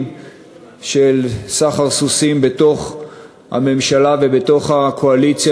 של סחר סוסים בתוך הממשלה ובתוך הקואליציה,